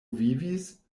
vivis